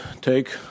take